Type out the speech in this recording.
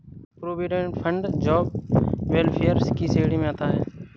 provident fund job welfare की श्रेणी में आता है